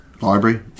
library